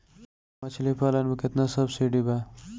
मछली पालन मे केतना सबसिडी बा?